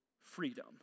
freedom